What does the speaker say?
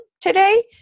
today